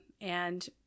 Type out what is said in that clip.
And-